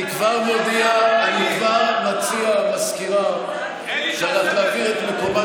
אני כבר מציע למזכירה שאנחנו נעביר את מקומה